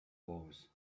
wars